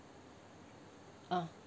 ah